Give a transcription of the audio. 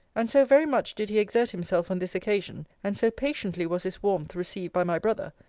and so very much did he exert himself on this occasion, and so patiently was his warmth received by my brother,